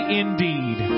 indeed